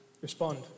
Respond